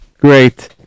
Great